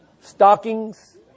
stockings